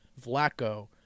Vlaco